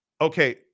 Okay